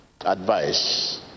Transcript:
Advice